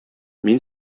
мин